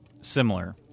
similar